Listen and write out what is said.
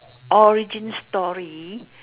origin story